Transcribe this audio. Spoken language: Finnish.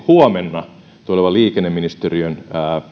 huomenna tuleva liikenneministeriön